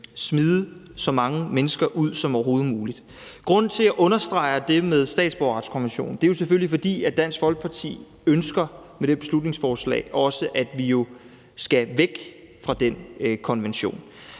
smide så mange mennesker ud som overhovedet muligt. Grunden til, at jeg understreger det med statsborgerretskonventionen, er selvfølgelig, at Dansk Folkeparti ønsker med det her beslutningsforslag, at vi skal væk fra den konvention.